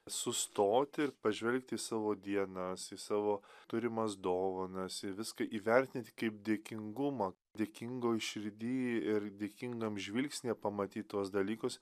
sustoti ir pažvelgti į savo dienas į savo turimas dovanas į viską įvertint kaip dėkingumą dėkingoj širdyj ir dėkingam žvilgsnyje pamatyt tuos dalykus